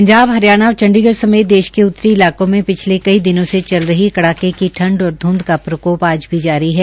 पंजाब हरियाणा और चंडीगढ़ समेत देश के उत्तरी इलाकों में पिछले कई दिनों से चल कड़ाके की ठंड और ध्यंध का प्रकोप आज भी जारी है